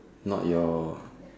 not your